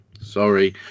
sorry